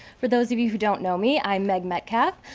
for those of you who don't know me i'm meg metcalf,